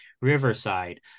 Riverside